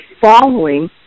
following